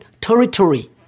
territory